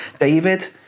David